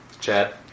Chad